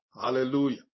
Hallelujah